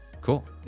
Cool